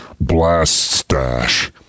blast-stash